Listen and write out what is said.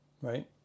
Right